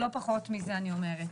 לא פחות מזה אני אומרת.